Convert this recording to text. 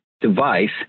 device